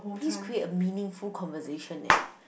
please create a meaningful conversation eh